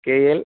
K L